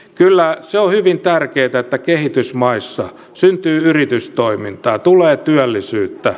kyllä se on hyvin tärkeätä että kehitysmaissa syntyy yritystoimintaa tulee työllisyyttä